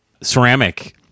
ceramic